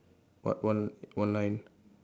what one one line